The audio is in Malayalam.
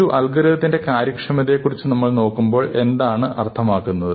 ഒരു അൽഗോരിത്തിന്റെ കാര്യക്ഷമതയെക്കുറിച്ച് നമ്മൾ നോക്കുമ്പോൾ എന്താണ് അർത്ഥമാക്കുന്നത്